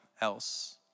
else